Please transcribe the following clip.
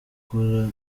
gutora